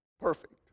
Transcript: Perfect